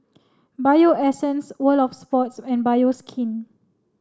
Bio Essence World Of Sports and Bioskin